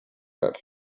bulb